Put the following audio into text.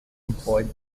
employed